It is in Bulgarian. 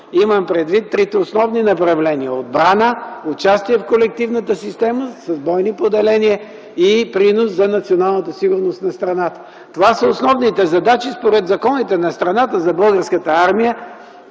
имам предвид? – трите основни направления: отбрана, участие в колективната система с бойни поделения и принос за националната сигурност на страната. Това са основните задачи според законите на страната за Българската армия.